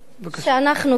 שאנחנו כאן,